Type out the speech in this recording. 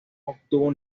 obtuvo